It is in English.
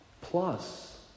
Plus